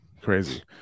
crazy